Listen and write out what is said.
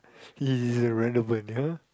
he renovate ya